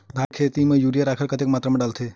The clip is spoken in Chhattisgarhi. धान के खेती म यूरिया राखर कतेक मात्रा म डलथे?